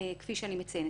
כפי שאני מציינת.